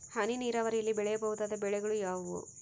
ಹನಿ ನೇರಾವರಿಯಲ್ಲಿ ಬೆಳೆಯಬಹುದಾದ ಬೆಳೆಗಳು ಯಾವುವು?